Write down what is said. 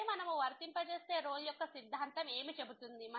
మనము వర్తింపజేస్తే రోల్ యొక్క సిద్ధాంతం ఏమి చెబుతుంది